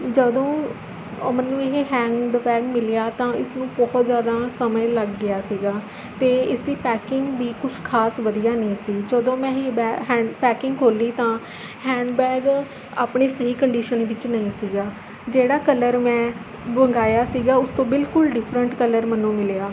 ਜਦੋਂ ਉਹ ਮੈਨੂੰ ਇਹ ਹੈਡਬੈਗ ਮਿਲਿਆ ਤਾਂ ਇਸ ਨੂੰ ਬਹੁਤ ਜ਼ਿਆਦਾ ਸਮੇਂ ਲੱਗ ਗਿਆ ਸੀਗਾ ਅਤੇ ਇਸ ਦੀ ਪੈਕਿੰਗ ਵੀ ਕੁਝ ਖਾਸ ਵਧੀਆ ਨਹੀਂ ਸੀ ਜਦੋਂ ਮੈਂ ਇਹ ਹੈਡ ਪੈਕਿੰਗ ਖੋਲ਼੍ਹੀ ਤਾਂ ਹੈਡਬੈਗ ਆਪਣੀ ਸਹੀ ਕੰਡੀਸ਼ਨ ਵਿੱਚ ਨਹੀਂ ਸੀਗਾ ਜਿਹੜਾ ਕਲਰ ਮੈਂ ਮੰਗਾਇਆ ਸੀਗਾ ਉਸਤੋਂ ਬਿਲਕੁੱਲ ਡਿੰਫਰੈਂਟ ਕਲਰ ਮੈਨੂੰ ਮਿਲਿਆ